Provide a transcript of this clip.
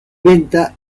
venta